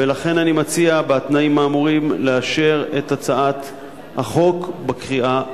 ולכן אני מציע בתנאים האמורים לאשר את הצעת החוק בקריאה הטרומית,